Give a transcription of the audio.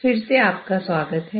फिर से आपका स्वागत है